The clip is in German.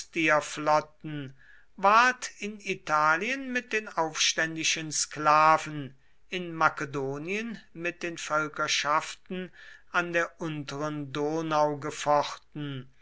ward in italien mit den aufständischen sklaven in makedonien mit den völkerschaften an der unteren donau gefochten